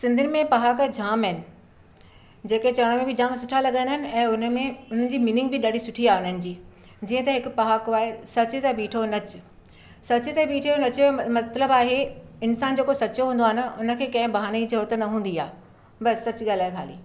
सिंधीयुनि में पहाका जामु आहिनि जेके चवण में बि जामु सुठा लॻंदा आहिनि ऐं उन्हनि में उन्हनि जी मीनिंग बि ॾाढी सुठी आहे उन्हनि जी जीअं त हिकु पहाको आहे सच सां बीठो नच सच ते बीठे उहे नच जो मतिलबु आहे इंसानु जेको सचो हूंदो आहे न हुन खे कंहिं बहाने जी ज़रूरत न हूंदी आहे बसि सच ॻाल्हाए खाली